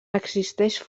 existeix